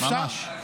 אפשר.